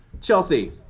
Chelsea